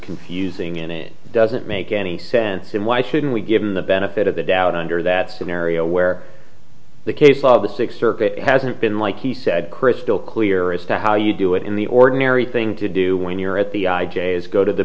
confusing it doesn't make any sense and why shouldn't we give him the benefit of the doubt under that scenario where the case of the sixth circuit hasn't been like he said crystal clear as to how you do it in the ordinary thing to do when you're at the i j a is go to the